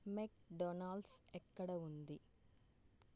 మెక్ Donald's ఎక్కడ ఉంది